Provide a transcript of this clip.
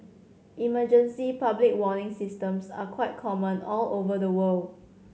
emergency public warning systems are quite common all over the world